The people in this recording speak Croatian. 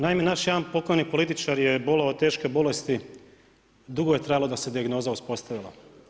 Naime, naš jedan pokojni političar je bolovao od teške bolesti i dugo je trajalo da se dijagnoza uspostavila.